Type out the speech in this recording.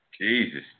Jesus